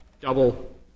double